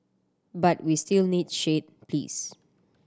but we still need shade please